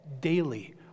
daily